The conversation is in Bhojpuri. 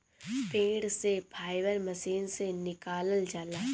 पेड़ से फाइबर मशीन से निकालल जाला